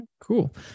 cool